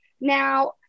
Now